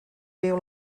viu